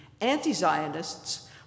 anti-Zionists